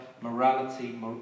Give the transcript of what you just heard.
morality